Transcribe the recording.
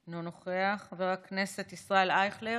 אינו נוכח, חבר הכנסת ישראל אייכלר,